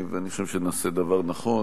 ואני חושב שנעשה דבר נכון.